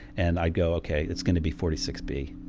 and i'd go, okay, it's going to be forty six b.